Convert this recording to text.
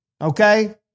okay